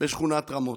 בשכונת רמות.